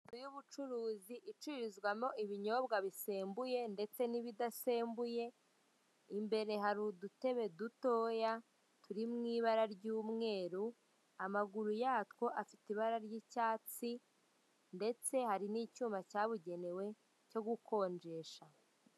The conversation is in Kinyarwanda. Amashusho y'ubucuruzi icururizwamo ibinyobwa bisembuye ndetse n'ibidasembuye, imbere hari udutebe dutoya turi mu ibara ry'umweru, amaguru yatwo afite ibara ry'icyatsi ndetse hari n'icyuma cyabugenewe cyo gukonjesha.